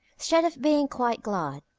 stead of being quite glad,